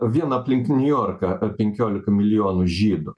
vien aplink niujorką penkiolika milijonų žydų